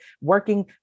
working